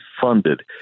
funded